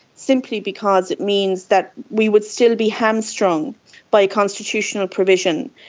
simply because it means that we would still be hamstrung by a constitutional provision,